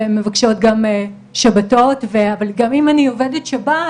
והן מבקשות גם שבתות "וגם אם אני עובדת שבת,